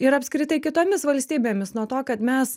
ir apskritai kitomis valstybėmis nuo to kad mes